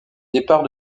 départ